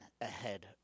ahead